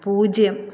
പൂജ്യം